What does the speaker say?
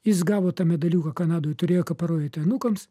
jis gavo tą medaliuką kanadoj turėjo ką parodyti anūkams